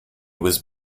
was